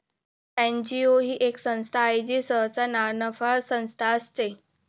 NGO ही एक संस्था आहे जी सहसा नानफा संस्था असते